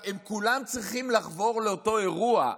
הם כולם צריכים לחבור לאותו אירוע.